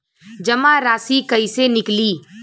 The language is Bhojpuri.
जमा राशि कइसे निकली?